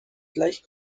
gleich